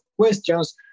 questions